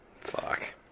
fuck